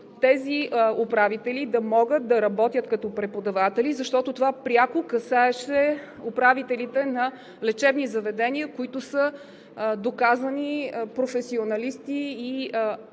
тези управители да могат да работят като преподаватели, защото това пряко касаеше управителите на лечебни заведения, които са доказани професионалисти и експерти